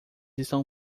estão